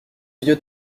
vieux